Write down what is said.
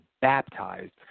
baptized